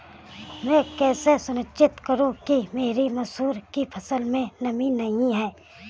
मैं कैसे सुनिश्चित करूँ कि मेरी मसूर की फसल में नमी नहीं है?